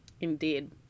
Indeed